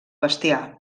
bestiar